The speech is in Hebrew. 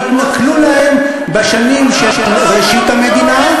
והתנכלו להם בשנים של ראשית המדינה,